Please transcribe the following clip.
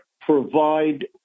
provide